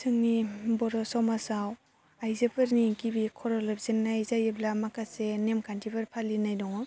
जोंनि बर' समाजाव आइजोफोरनि गिबि खर' लोबजेननाय जायोब्ला माखासे नेमखान्थिफोर फालिनाय दङ